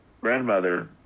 grandmother